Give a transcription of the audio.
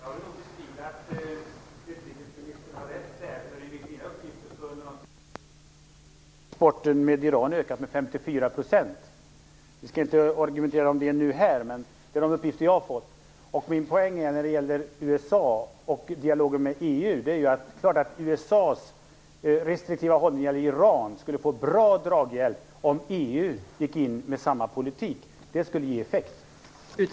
Fru talman! Jag vill bestrida att utrikesministern har rätt, för enligt mina uppgifter har exporten under de senaste två åren till Iran ökat med 54 %. Vi skall inte argumentera om det här, men så är det enligt de uppgifter jag har fått. Min poäng när det gäller USA och dialogen med EU är att USA:s restriktiva hållning gentemot Iran skulle få bra draghjälp om EU gick in med samma politik. Det skulle ge effekt.